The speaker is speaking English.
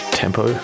tempo